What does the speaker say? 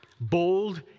bold